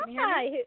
Hi